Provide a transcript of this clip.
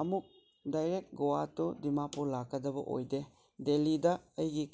ꯑꯃꯨꯛ direct Goa to Dimapur ꯂꯥꯛꯀꯗꯕ ꯑꯣꯏꯗꯦ ꯗꯦꯜꯂꯤꯗ ꯑꯩꯒꯤ